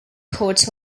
caught